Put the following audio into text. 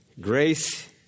Grace